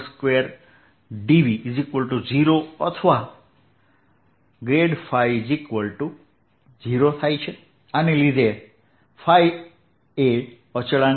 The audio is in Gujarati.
2dV0 અથવા ϕ0 આને લીધે ϕઅચળાંક